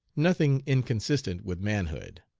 nothing inconsistent with manhood.